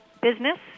Business